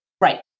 right